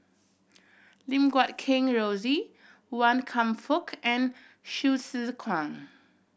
Lim Guat Kheng Rosie Wan Kam Fook and Hsu Tse Kwang